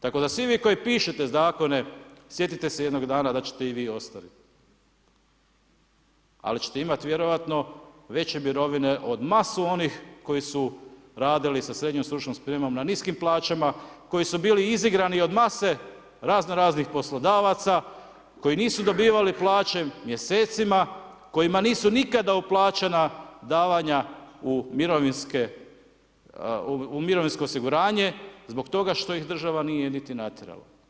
Tako da svi vi koji pišete zakone sjetite se jednog dana da ćete i vi ostarit, ali ćete imati vjerojatno veće mirovine od masu onih koji su radili sa srednjom stručnom spremom na niskim plaćama, koji su bili izigrani od mase razno raznih poslodavaca, koji nisu dobivali plaće mjesecima, kojima nisu nikada uplaćena davanja u mirovinske, u mirovinsko osiguranje zbog toga što ih država nije niti natjerala.